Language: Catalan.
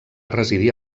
residir